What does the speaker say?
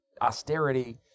austerity